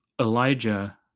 Elijah